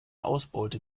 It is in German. ausbeute